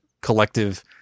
collective